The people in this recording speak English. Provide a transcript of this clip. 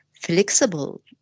flexible